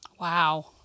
wow